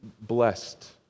blessed